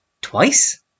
twice